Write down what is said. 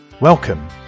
Welcome